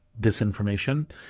disinformation